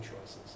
choices